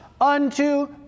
unto